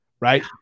right